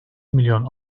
milyon